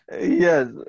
Yes